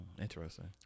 interesting